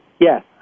Yes